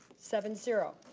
seven, zero.